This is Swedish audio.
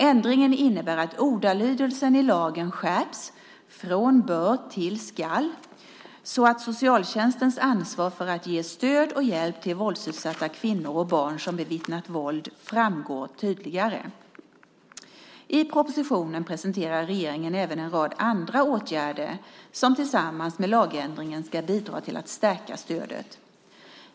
Ändringen innebär att ordalydelsen i lagen skärps - från bör till skall - så att socialtjänstens ansvar för att ge stöd och hjälp till våldsutsatta kvinnor och barn som bevittnat våld framgår tydligare. I propositionen presenterar regeringen även en rad andra åtgärder som tillsammans med lagändringen ska bidra till att stärka stödet.